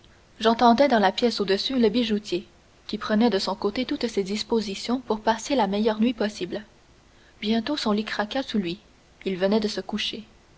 j'entendais dans la pièce au-dessus le bijoutier qui prenait de son côté toutes ses dispositions pour passer la meilleure nuit possible bientôt son lit craqua sous lui il venait de se coucher